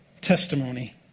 testimony